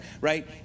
right